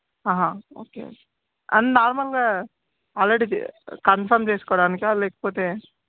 okay okay and నార్మల్గా already confirm చేసుకోవడానికా లేకపోతే